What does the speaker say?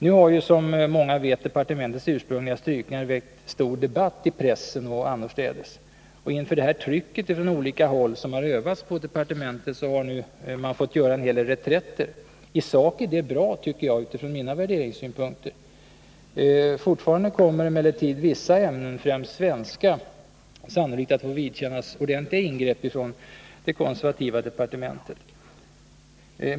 Nu har som många vet departementets ursprungliga strykningar väckt stor debatt i press och annorstädes. Inför det tryck som från olika håll övats på departementet har detta nu fått göra en hel del reträtter. I sak är detta bra, tycker jag, utifrån mina värderingssynpunkter. Fortfarande kommer emellertid vissa ämnen, främst svenska, att få vidkännas ordentliga ingrepp från det konservativa departementet.